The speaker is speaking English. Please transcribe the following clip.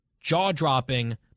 jaw-dropping